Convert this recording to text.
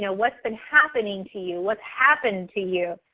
you know what's been happening to you? what's happened to you?